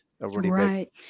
Right